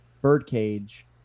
birdcage